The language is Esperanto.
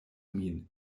min